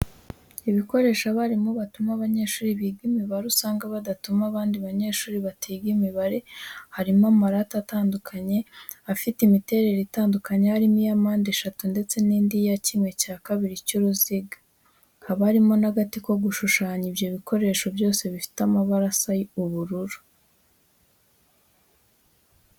Ibikoresho abarimu batuma abanyeshuri biga imibare, usanga badatuma abandi banyeshuri batiga imibare, harimo amarate atandukanye afite imiterere itandukanye, harimo iya mpandeshatu ndetse n'indi ya kimwe cya kabiri cy'uruziga. Haba barimo n'agati ko gushushanya, ibyo bikoresho byose bifite amabara asa ubururu.